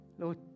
Lord